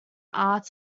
arts